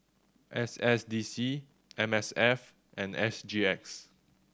S S D C M S F and S G X